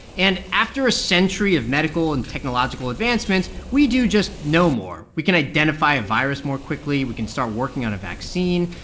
and after a century of medical and technological advancements, we do just know more. we can identify a virus more quickly. we can start working on a vaccine.